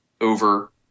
over